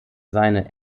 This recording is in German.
seine